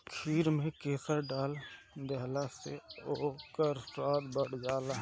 खीर में केसर डाल देहला से ओकर स्वाद बढ़ जाला